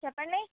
చెప్పండి